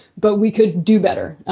but we could do better.